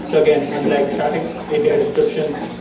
so again, unlike static api descriptions,